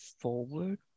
forward